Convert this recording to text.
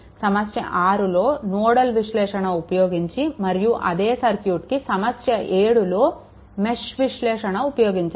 సమస్య 6లో నోడల్ విశ్లేషణ ఉపయోగించాలి మరియు అదే సర్క్యూట్కి సమస్య 7 లో మెష్ విశ్లేషణ ఉపయోగించాలి